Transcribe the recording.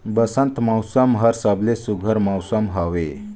बंसत मउसम हर सबले सुग्घर मउसम हवे